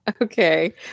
okay